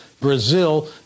Brazil